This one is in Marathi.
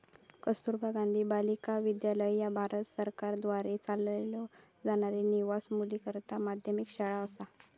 कस्तुरबा गांधी बालिका विद्यालय ह्या भारत सरकारद्वारा चालवलो जाणारी निवासी मुलींकरता माध्यमिक शाळा असा